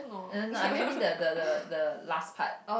err no I mean the the the last part